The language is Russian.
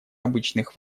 обычных